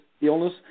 illness